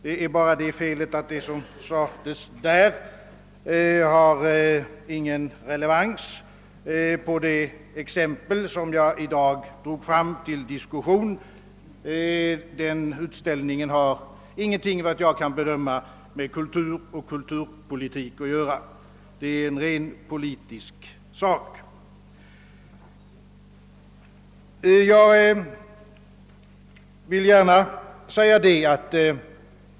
Det är bara det felet att vad han sade inte har någon relevans på det exempel som jag i dag har tagit upp till diskussion; utställningen har enligt vad jag kan bedöma ingenting med kulturpolitik att göra, den är rent politisk.